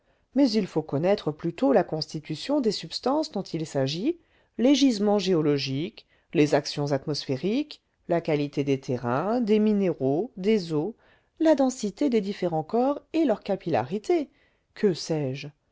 mais il faut connaître plutôt la constitution des substances dont il s'agit les gisements géologiques les actions atmosphériques la qualité des terrains des minéraux des eaux la densité des différents corps et leur capillarité que sais-je